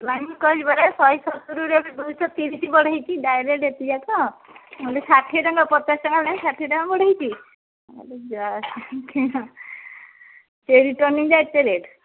plan କହିବରେ ଶହେ ସତୁରୀରୁ ଦୁଇଶହ ତିରିଶି ବଢ଼େଇଛି ଡାଇରେକ୍ଟ ଏତିଯାକ ନହେଲେ ଷାଠିଏ ଟଙ୍କା ପଚାଶ ଟଙ୍କା ହେଲେ ଷାଠିଏ ଟଙ୍କା ବଢ଼େଇଛି ଯାହା ସେ ରିଟର୍ନିଂ ଯା ଏତେ ରେଟ୍